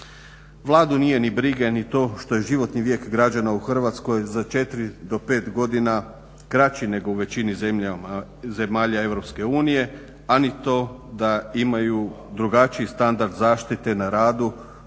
Vladu nije ni briga ni to što je životni vijek građana u Hrvatskoj za 4 do 5 godina kraći nego u većini zemalja EU, a ni to da imaju drugačiji standard zaštite na radu